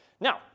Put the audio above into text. Now